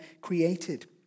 created